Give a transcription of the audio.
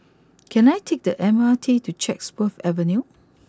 can I take the M R T to Chatsworth Avenue